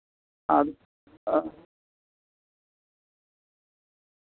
ᱚ